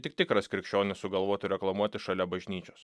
tik tikras krikščionis sugalvotų reklamuoti šalia bažnyčios